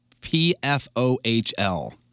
P-F-O-H-L